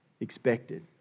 expected